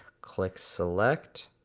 click select,